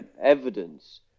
evidence